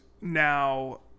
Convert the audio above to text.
now